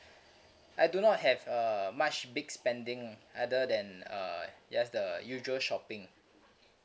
I do not have uh much big spending other than uh just the usual shopping